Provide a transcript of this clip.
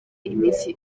iminsi